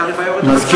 התעריף היה יורד ב-5%.